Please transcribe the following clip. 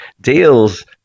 deals